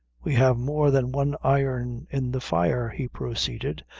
we have more than one iron in the fire, he proceeded,